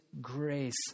grace